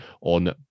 on